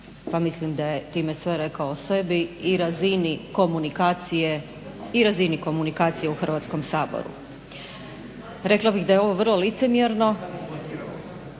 pa mislim da je time rekao sve o sebi i razini komunikacije u Hrvatskom saboru. Rekla bi da je ovo vrlo licemjerno,…/Upadica